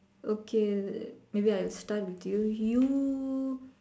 okay maybe I'll start with you you